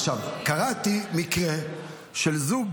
עכשיו, קראתי על מקרה של זוג